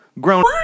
Grown